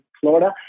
Florida